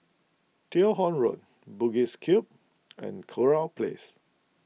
Teo Hong Road Bugis Cube and Kurau Place